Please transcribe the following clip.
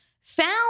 found